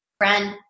Friend